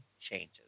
changes